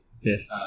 Yes